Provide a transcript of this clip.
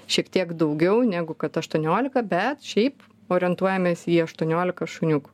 šiek tiek daugiau negu kad aštuoniolika bet šiaip orientuojamės į aštuoniolika šuniukų